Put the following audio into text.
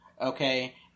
okay